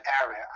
area